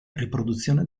riproduzione